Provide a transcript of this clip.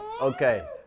okay